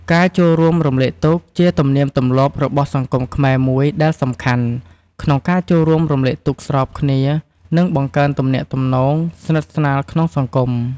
ការចូលរួមរំលែកទុក្ខជាទំនៀមទម្លាប់របស់សង្គមខ្មែរមួយដែលសំខាន់ ក្នុងការចូលរួមរំលែកទុក្ខស្របគ្នា និងបង្កើនទំនាក់ទំនងស្និទ្ធស្នាលក្នុងសង្គម។